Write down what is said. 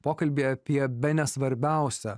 pokalbį apie bene svarbiausią